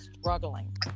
struggling